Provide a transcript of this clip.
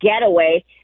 getaway